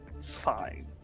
fine